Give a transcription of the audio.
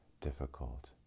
difficult